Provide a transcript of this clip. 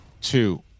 two